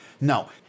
No